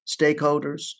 stakeholders